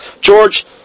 George